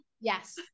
Yes